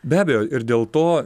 be abejo ir dėl to